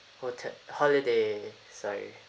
hotel holiday sorry